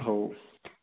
हो